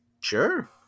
sure